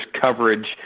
coverage